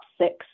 six